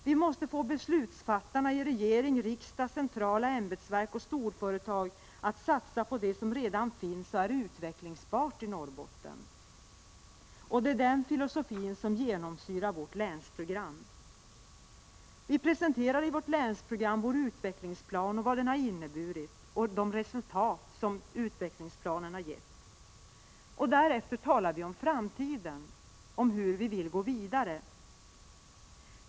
Vi måste få beslutsfattarna i regering, riksdag, centrala ämbetsverk och storföretag att satsa på det som redan finns och är utvecklingsbart i Norrbotten. Det är den filosofin som genomsyrar vårt länsprogram. Vi presenterar i vårt länsprogram vår utvecklingsplan och vad den har inneburit, de resultat som utvecklingsplanen har gett. Därefter talar vi om framtiden, om hur vi vill gå vidare.